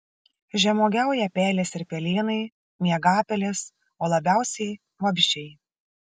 žemuogiauja pelės ir pelėnai miegapelės o labiausiai vabzdžiai